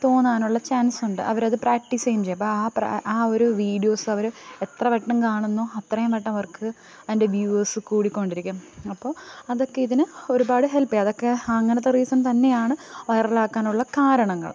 തോന്നാനുള്ള chance ഉണ്ട് അവരത് practice ചെയ്യും അപ്പം ആ ആ ഒരു വിഡിയോസ്സവര് എത്രവട്ടം കാണുന്നോ അത്രയും വട്ടം അവർക്ക് അതിൻ്റെ വ്യൂയേസ് കൂടിക്കോണ്ടിരിക്കും അപ്പോൾ അതൊക്കെ ഇതിന് ഒരുപാട് ഹെൽപ് ചെയ്യും അതൊക്കെ അങ്ങനത്തെ റീസൺ തന്നെയാണ് വൈറലാക്കാനുള്ള കാരണങ്ങള്